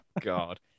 God